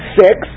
six